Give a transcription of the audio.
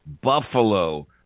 Buffalo